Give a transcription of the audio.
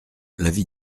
l’avis